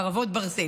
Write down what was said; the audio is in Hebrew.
חרבות ברזל).